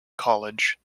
college